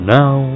now